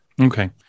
Okay